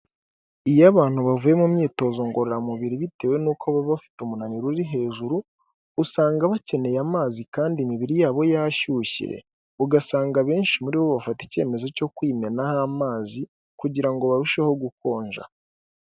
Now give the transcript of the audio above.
Iyo abantu bavuye mu myitozo ngororamubiri bitewe nuko baba bafite umunaniro uri hejuru, usanga bakeneye amazi kandi imibiri yabo yashyushye ugasanga; abenshi muri bo bafata icyemezo cyo kwimenaho amazi kugira ngo barusheho gukonja.